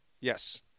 yes